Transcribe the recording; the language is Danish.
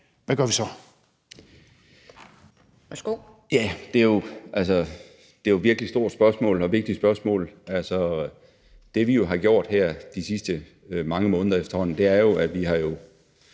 (Morten Bødskov): Det er jo virkelig et stort og vigtigt spørgsmål. Det, vi har gjort her de sidste mange måneder efterhånden, er jo, at vi har